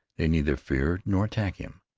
they neither fear nor attack him,